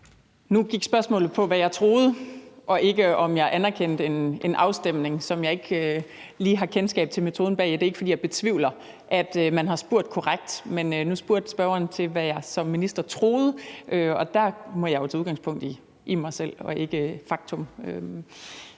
Nu gik spørgsmålet på, hvad jeg troede, og ikke på, om jeg anerkendte en meningsmåling, som jeg ikke lige har kendskab til metoden bag. Det er ikke, fordi jeg betvivler, at man har spurgt korrekt, men nu spurgte spørgeren til, hvad jeg som minister troede, og der må jeg jo tage udgangspunkt i mig selv og ikke i faktum.